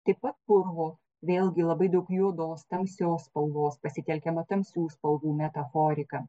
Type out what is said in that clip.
taip pat purvo vėlgi labai daug juodos tamsios spalvos pasitelkiama tamsių spalvų metaforika